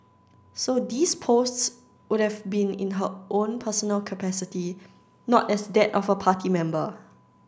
so these posts would've been in her own personal capacity not as that of a party member